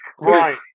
Right